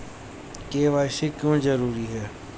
KYC क्यों जरूरी है?